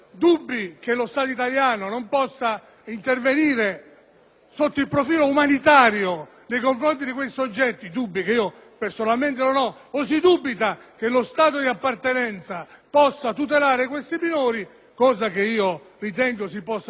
sotto il profilo umanitario nei confronti di questi soggetti - dubbi che personalmente non ho - o si dubita che lo Stato di appartenenza possa tutelare questi minori - cosa che ritengo si possa benissimo realizzare attraverso i normali canali